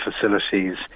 facilities